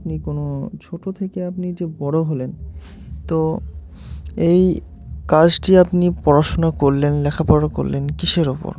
আপনি কোনো ছোটো থেকে আপনি যে বড়ো হলেন তো এই কাজটি আপনি পড়াশুনা করলেন লেখাপড়া করলেন কিসের ওপর